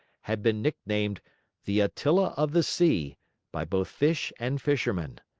had been nicknamed the attila of the sea by both fish and fishermen.